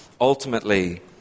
ultimately